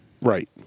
Right